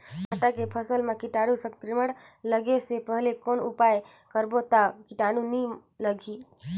भांटा के फसल मां कीटाणु संक्रमण लगे से पहले कौन उपाय करबो ता कीटाणु नी लगही?